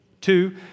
Two